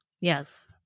Yes